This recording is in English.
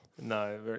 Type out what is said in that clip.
No